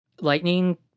lightning